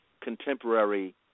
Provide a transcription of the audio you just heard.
contemporary